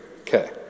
Okay